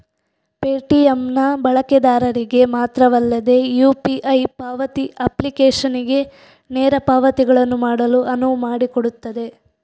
Paytm ನ ಬಳಕೆದಾರರಿಗೆ ಮಾತ್ರವಲ್ಲದೆ ಯು.ಪಿ.ಐ ಪಾವತಿ ಅಪ್ಲಿಕೇಶನಿಗೆ ನೇರ ಪಾವತಿಗಳನ್ನು ಮಾಡಲು ಅನುವು ಮಾಡಿಕೊಡುತ್ತದೆ